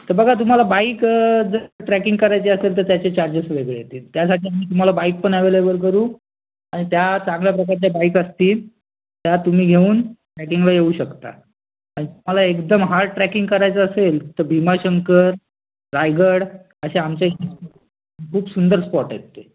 तर बघा तुम्हाला बाईक जर ट्रॅकिंग करायची असेल तर त्याचे चार्जेस वेगळे येतील त्यासाठी आम्ही तुम्हाला बाईक पण अवेलेबल करू आणि त्या चांगल्या प्रकारच्या बाईक असतील त्या तुम्ही घेऊन रायडिंगला येऊ शकता तुम्हाला एकदम हार्ड ट्रॅकिंग करायचं असेल तर भीमाशंकर रायगड असे आमचे खूप सुंदर स्पॉट आहेत ते